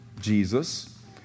Jesus